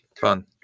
fun